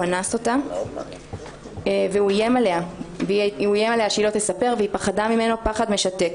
הוא אנס אותה והוא איים עליה שלא תספר והיא פחדה ממנו פחד משתק.